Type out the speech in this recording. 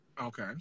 Okay